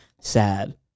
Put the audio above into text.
sad